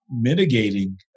mitigating